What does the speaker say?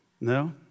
No